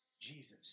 Jesus